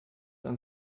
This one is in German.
dann